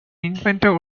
inventor